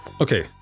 Okay